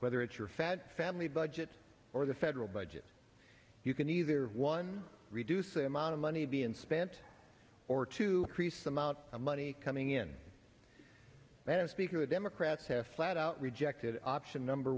whether it's your fat family budget or the federal budget you can either one reduce the amount of money being spent or to create some out of money coming in than speaker democrats have flat out rejected option number